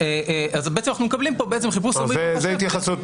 זו התייחסות